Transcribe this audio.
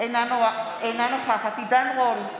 אינה נוכחת עידן רול,